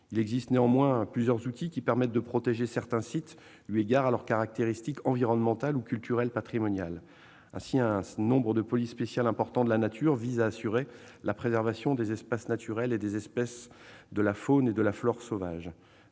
Toutefois, plusieurs outils permettent de protéger certains sites eu égard à leurs caractéristiques environnementales ou culturelles patrimoniales. Ainsi, un grand nombre de polices spéciales de la nature vise à assurer la préservation des espaces naturels et des espèces de la faune et de la flore sauvages.